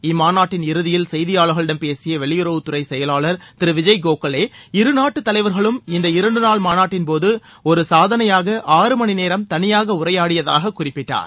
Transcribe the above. இம்மாநாட்டின் இறதியில் செய்தியாளர்களிடம் பேசிய வெளியுறவுத் துறை செயலாளர் திரு விஜய் கோகலே இருநாட்டுத் தலைவர்களும் இந்த இரண்டு நாள் மாநாட்டின் போது ஒரு சாதனையாக ஆறு மணிநேரம் தனியாக உரையாடியதாகக் குறிப்பிட்டார்